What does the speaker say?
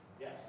Yes